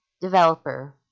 developer